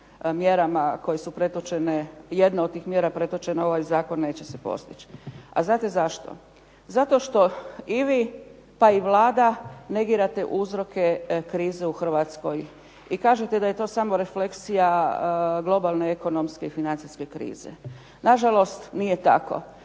mjerama koje su pretočene, jedna od tih mjera pretočena u ovaj zakon neće se postići. A znate zašto? Zato što i vi pa i Vlada negirate uzroke krize u Hrvatskoj i kažete da je to samo refleksija globalne ekonomske financijske krize. Nažalost, nije tako.